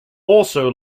also